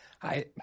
Hi